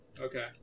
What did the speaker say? Okay